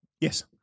Yes